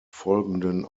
folgenden